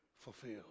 fulfilled